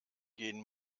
gehen